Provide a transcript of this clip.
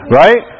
right